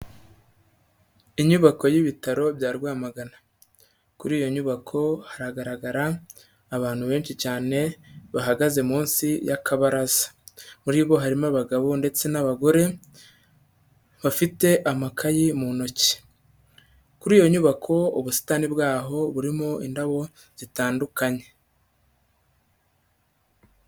Inyubako y'ibitaro bya Rwamagana, kuri iyo nyubako haragaragara abantu benshi cyane bahagaze munsi y'akabaraza, muri bo harimo abagabo ndetse n'abagore bafite amakayi mu ntoki, kuri iyo nyubako ubusitani bw'aho burimo indabo zitandukanye.